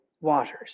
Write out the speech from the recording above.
waters